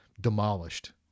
demolished